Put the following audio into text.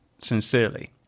sincerely